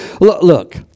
Look